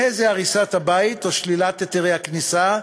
יהיו אלה הריסת הבית או שלילת היתרי הכניסה,